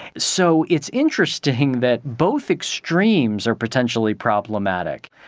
so it's interesting that both extremes are potentially problematic.